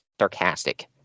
sarcastic